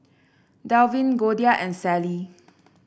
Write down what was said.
Delvin Goldia and Sally